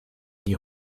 die